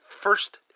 First